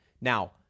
now